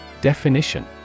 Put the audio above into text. Definition